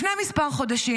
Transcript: לפני כמה חודשים,